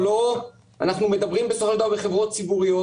אנחנו מדברים בסופו של דבר בחברות ציבוריות,